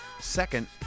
Second